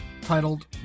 titled